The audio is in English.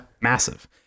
Massive